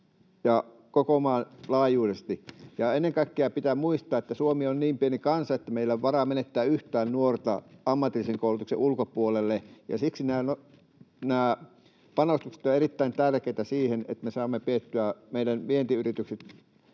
koko maan laajuisesti. Ennen kaikkea pitää muistaa, että Suomi on niin pieni kansa, että meillä ei ole varaa menettää yhtään nuorta ammatillisen koulutuksen ulkopuolelle, ja siksi nämä panostukset ovat erittäin tärkeitä siihen, että meidän vientiyritykset